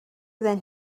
than